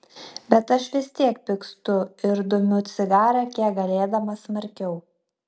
bet aš vis tiek pykstu ir dumiu cigarą kiek galėdamas smarkiau